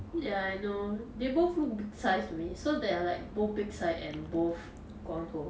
ya I know they both look big size to me so they are like both big size and both 光头